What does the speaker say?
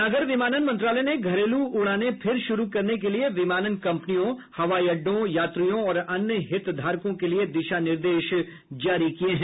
नागर विमानन मंत्रालय ने घरेलू उड़ान फिर शुरू करने के लिए विमानन कंपनियों हवाई अड्डों यात्रियों और अन्य हितधारकों के लिए दिशा निर्देश जारी किए हैं